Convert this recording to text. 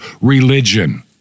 religion